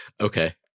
Okay